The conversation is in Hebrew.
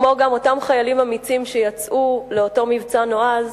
כמו גם אותם חיילים אמיצים שיצאו לאותו מבצע נועז,